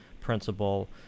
principle